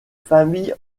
famille